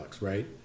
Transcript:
right